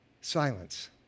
silence